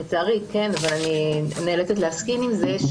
לצערי, אני נאלצת להסכים עם זה.